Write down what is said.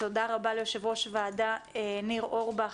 תודה רבה ליו"ר הוועדה ניר אורבך